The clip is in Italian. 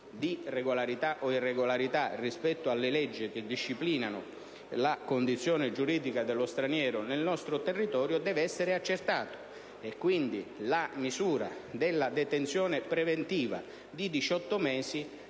di regolarità o irregolarità rispetto alle leggi che disciplinano la condizione giuridica dello straniero nel nostro territorio deve essere accertato; pertanto, la misura della detenzione preventiva di 18 mesi